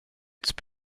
jetzt